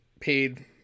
paid